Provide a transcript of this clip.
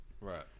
Right